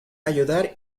ayudar